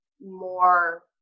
more